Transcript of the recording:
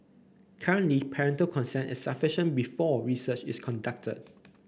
currently parental consent is sufficient before research is conducted